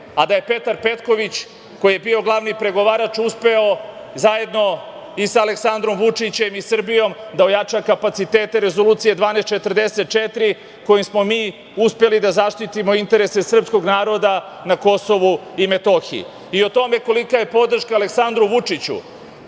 a da je Petar Petković, koji je bio glavni pregovarač, uspeo zajedno i sa Aleksandrom Vučićem i Srbijom da ojača kapacitete Rezolucije 1244 kojom smo mi uspeli da zaštitimo interese srpskog naroda na KiM.I, o tome kolika je podrška Aleksandru Vučiću